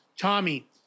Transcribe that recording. Tommy